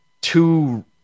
two